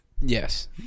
yes